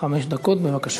חמש דקות, בבקשה.